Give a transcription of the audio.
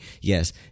Yes